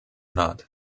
not